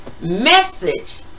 message